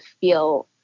feel